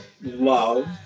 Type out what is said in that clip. love